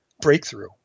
breakthrough